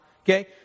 Okay